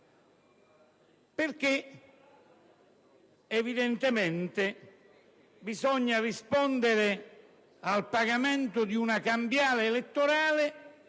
perché evidentemente bisogna rispondere al pagamento di una cambiale elettorale